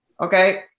Okay